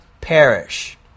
perish